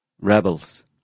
rebels